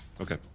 Okay